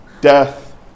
death